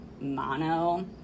mono